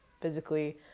physically